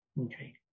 okay